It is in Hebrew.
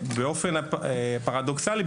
באופן פרדוקסלי,